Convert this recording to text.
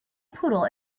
poodle